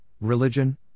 religion